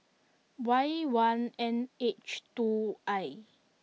Y one N H two I